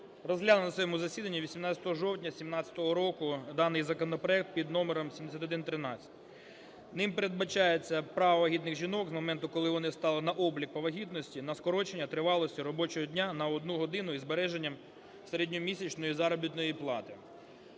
розглянув на своєму засіданні 18 жовтня 17-го року даний законопроект під номером 7113. Ним передбачається право вагітних жінок з моменту, коли вони стали на облік по вагітності, на скорочення тривалості робочого дня на одну годину із збереженням середньомісячної заробітної плати.